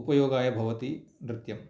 उपयोगाय भवति नृत्यं